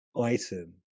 item